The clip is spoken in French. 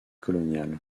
coloniale